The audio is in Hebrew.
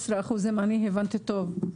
אם הבנתי טוב,